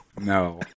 No